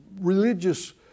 religious